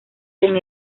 con